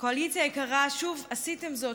קואליציה יקרה, שוב עשיתם זאת.